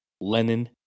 Lenin